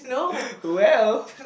well